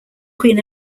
queen